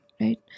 right